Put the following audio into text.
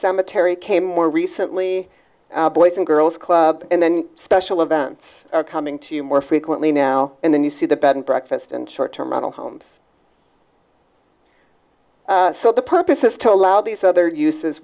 cemetery came more recently boys and girls club and then special events are coming to you more frequently now and then you see the bed and breakfast and short term rental homes so the purpose is to allow these other uses